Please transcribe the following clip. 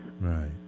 Right